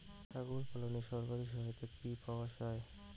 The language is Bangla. ছাগল পালনে সরকারি সহায়তা কি পাওয়া যায়?